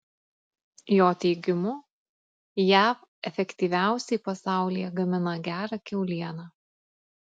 jo teigimu jav efektyviausiai pasaulyje gamina gerą kiaulieną